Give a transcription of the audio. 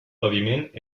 paviment